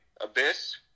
abyss